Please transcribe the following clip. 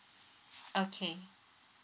okay